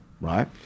right